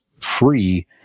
free